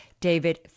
David